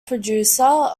producer